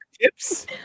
tips